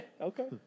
Okay